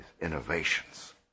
innovations